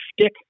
stick